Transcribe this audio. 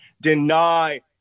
Deny